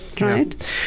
right